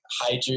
hydro